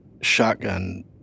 shotgun